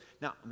now